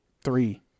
Three